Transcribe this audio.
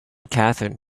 catherine